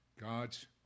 God's